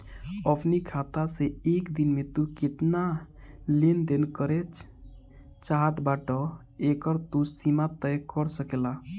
अपनी खाता से एक दिन में तू केतना लेन देन करे चाहत बाटअ एकर तू सीमा तय कर सकेला